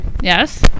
Yes